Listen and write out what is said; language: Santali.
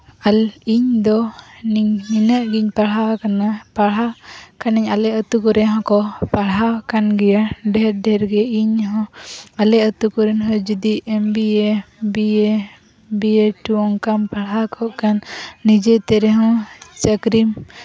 ᱟᱨ ᱤᱧᱫᱚ ᱱᱤᱧ ᱱᱤᱱᱟᱹᱜᱼᱜᱮᱧ ᱯᱟᱲᱦᱟᱣ ᱟᱠᱟᱱᱟ ᱯᱟᱲᱦᱟᱣ ᱠᱟᱹᱱᱟᱹᱧ ᱟᱞᱮ ᱟᱹᱛᱩ ᱠᱚᱨᱮᱜ ᱦᱚᱠᱚ ᱯᱟᱲᱦᱟᱣ ᱟᱠᱟᱱ ᱜᱮᱭᱟ ᱰᱷᱮᱨ ᱰᱷᱮᱨ ᱜᱮ ᱤᱧᱦᱚᱸ ᱟᱞᱮ ᱟᱹᱛᱩ ᱠᱚᱨᱮ ᱦᱚᱸ ᱡᱩᱫᱤ ᱮᱢᱵᱤᱭᱮ ᱵᱤᱭᱮ ᱵᱤᱭᱮᱰ ᱚᱱᱠᱟᱢ ᱯᱟᱲᱦᱟᱣ ᱠᱚᱜᱼᱠᱷᱟᱱ ᱱᱤᱡᱮᱛᱮ ᱨᱮᱦᱚᱸ ᱪᱟᱹᱠᱨᱤᱢ